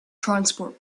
transport